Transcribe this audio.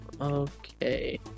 Okay